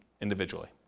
individually